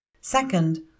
Second